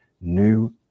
new